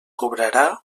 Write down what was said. cobrarà